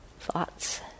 thoughts